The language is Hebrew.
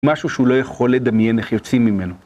משהו שהוא לא יכול לדמיין איך יוצאים ממנו.